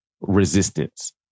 resistance